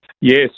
Yes